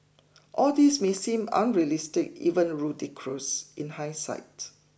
all this may seem unrealistic even ludicrous in hindsight